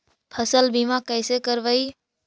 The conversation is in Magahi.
फसल बीमा कैसे करबइ?